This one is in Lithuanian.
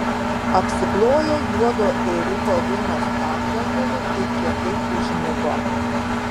apsiklojo juodo ėriuko vilnos apdangalu ir kietai užmigo